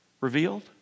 revealed